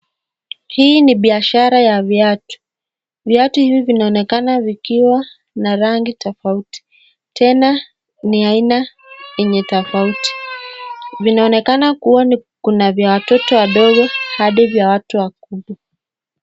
Hii ni biashara ya viatu. Viatu hivi vinaonekana vikiwa na rangi tofauti. Tena ni aina yenye tofauti. Vinaonekana kuwa kuna vya watoto wadogo hadi vya watu wakubwa.